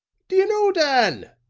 do you know dan?